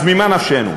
אז ממה נפשנו?